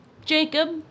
Jacob